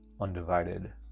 undivided